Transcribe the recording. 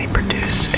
Produce